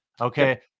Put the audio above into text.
Okay